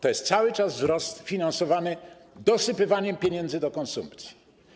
To jest cały czas wzrost finansowany dosypywaniem pieniędzy do konsumpcji.